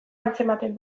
antzematen